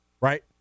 right